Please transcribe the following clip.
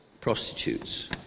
prostitutes